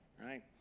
right